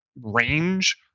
range